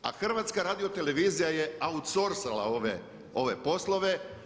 A HRT je autsorcala ove poslove.